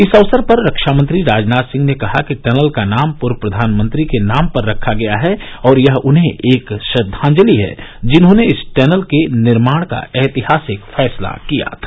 इस अवसर पर रक्षामंत्री राजनाथ सिंह ने कहा कि टनल का नाम पूर्व प्रधानमंत्री के नाम पर रखा गया है और यह उन्हें एक श्रद्वांजलि है जिन्होंने इस टनल के निर्माण का ऐतिहासिक फैसला किया था